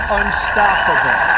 unstoppable